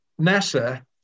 NASA